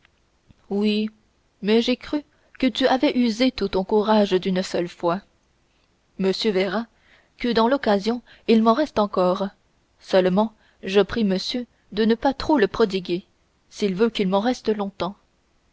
oui mais j'ai cru que tu avais usé tout ton courage d'une seule fois monsieur verra que dans l'occasion il m'en reste encore seulement je prie monsieur de ne pas trop le prodiguer s'il veut qu'il m'en reste longtemps